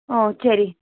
ஆ சரி